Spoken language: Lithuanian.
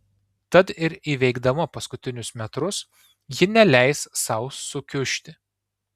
tad ir įveikdama paskutinius metrus ji neleis sau sukiužti